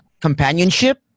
companionship